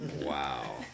Wow